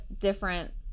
different